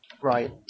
Right